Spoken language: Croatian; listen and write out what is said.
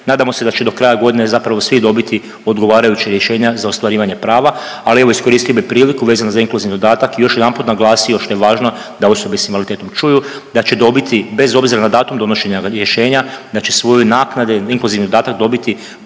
Nadamo se da ćemo do kraja godine zapravo svi dobiti odgovarajuća rješenja za ostvarivanje prava, ali evo iskoristio bih priliku vezano za inkluzivni dodatak još jedanput naglasio što je važno da osobe sa invaliditetom čuju da će dobiti bez obzira na datum donošenja rješenja znači svoje naknade, inkluzivni dodatak dobiti